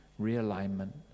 realignment